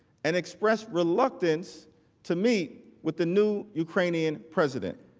and expressed reluctance to meet with the new ukrainian president.